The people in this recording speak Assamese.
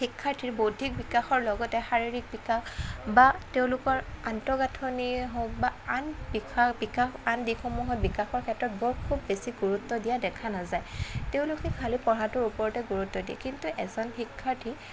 শিক্ষাৰ্থীৰ বৌদ্ধিক বিকাশৰ লগতে শাৰীৰিক বিকাশ বা তেওঁলোকৰ আন্তঃগাঁঠনিয়ে হওক বা আন বিষয় বিকাশ আন দিশসমূহৰ বিকাশৰ ক্ষেত্ৰত বৰ খুব বেছি গুৰুত্ব দিয়া দেখা নাযায় তেওঁলোকে খালি পঢ়াটোৰ ওপৰতে গুৰুত্ব দিয়ে কিন্তু এজন শিক্ষাৰ্থী